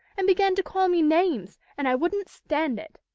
and began to call me names, and i wouldn't stand it.